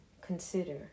Consider